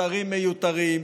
שרים מיותרים,